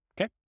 Okay